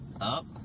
up